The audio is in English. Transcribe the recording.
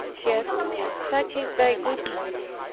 yet such is thy goodness,